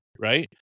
right